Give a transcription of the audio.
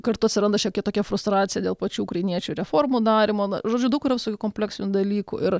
kartu atsiranda šiokia tokia frustracija dėl pačių ukrainiečių reformų darymo na žodžiu daug yra visokių kompleksinių dalykų ir